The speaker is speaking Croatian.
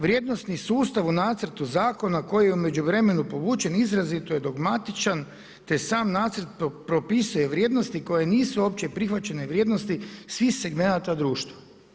Vrijednosni sustav u nacrtu zakona koji je u međuvremenu povučen izrazito je dogmatičan te sam nacrt propisuje vrijednosti koje nisu opće prihvaćene vrijednosti svih segmenata društva.